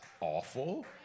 awful